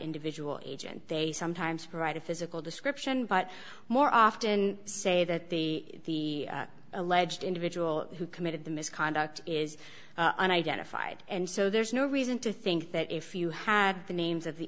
individual agent they sometimes provide a physical description but more often say that the alleged individual who committed the misconduct is identified and so there's no reason to think that if you had the names of the